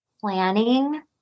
planning